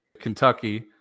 Kentucky